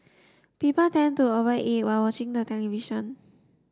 people tend to over eat while watching the television